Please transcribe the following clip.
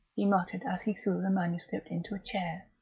he muttered as he threw the manuscript into a chair.